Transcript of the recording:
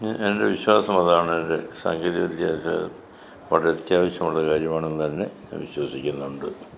എൻ്റെ വിശ്വാസമതാണെൻ്റെ സാങ്കേതിക വിദ്യാഭ്യാസം വളരെ അത്യാവശ്യം ഉള്ളൊരു കാര്യമാണെന്ന് തന്നെ ഞാൻ വിശ്വസിക്കുന്നുണ്ട്